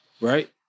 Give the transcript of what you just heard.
Right